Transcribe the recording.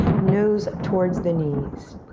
nose towards the knees.